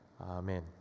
Amen